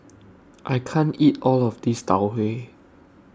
I can't eat All of This Tau Huay